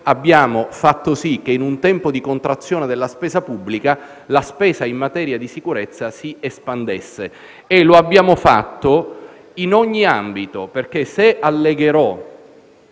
abbiamo fatto sì che, in un tempo di contrazione della spesa pubblica, la spesa in materia di sicurezza si espandesse, e lo abbiamo fatto in ogni ambito perché, se allegherò